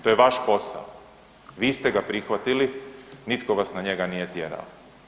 To je vaš posao, vi ste ga prihvatili, nitko vas na njega nije tjerao.